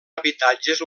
habitatges